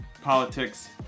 politics